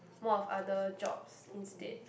more of other jobs instead